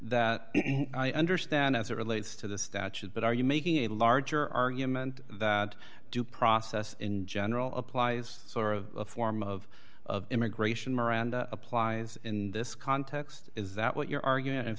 that i understand as it relates to the statute but are you making a larger argument that due process in general applies sort of a form of immigration miranda applies in this context is that what you're arguing and